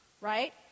right